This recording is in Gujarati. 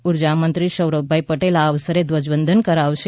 ઉર્જા મંત્રીશ્રી સૌરભભાઇ પટેલ આ અવસરે ધ્વજવંદન કરાવશે